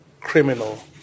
criminal